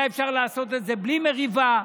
היה אפשר לעשות את זה בלי מריבה.